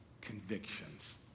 convictions